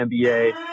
NBA